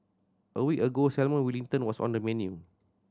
a week ago Salmon Wellington was on the menu